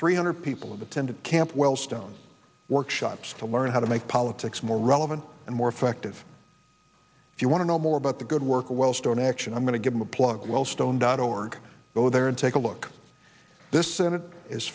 three hundred people attended camp wellstone workshops to learn how to make politics more relevant and more effective if you want to know more about the good work well stone action i'm going to give them a plug well stone dot org go there and take a look at this